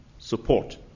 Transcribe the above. support